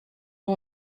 nur